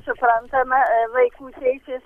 suprantama vaikų teisės